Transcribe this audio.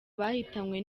bahitanywe